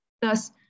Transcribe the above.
Thus